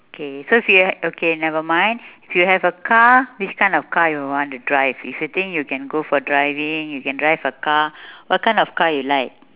okay so if you ha~ okay never mind if you have a car which kind of car you want to drive if you think you can go for driving you can drive a car what kind of car you like